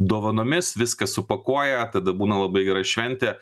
dovanomis viską supakuoja tada būna labai gera šventė